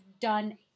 done